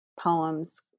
poems